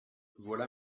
voilà